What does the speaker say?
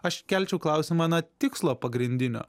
aš kelčiau klausimą na tikslo pagrindinio